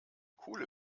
coole